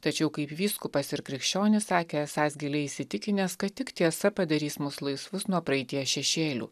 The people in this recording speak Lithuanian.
tačiau kaip vyskupas ir krikščionis sakė esąs giliai įsitikinęs kad tik tiesa padarys mus laisvus nuo praeities šešėlių